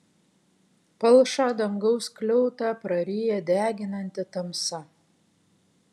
palšą dangaus skliautą praryja deginanti tamsa